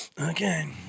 okay